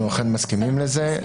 אנחנו אכן מסכימים לזה.